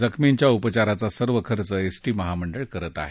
जखमींच्या उपचाराचा सर्व खर्च एसटी महामंडळ करत आहे